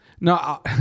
no